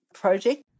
project